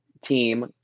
team